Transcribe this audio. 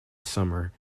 summer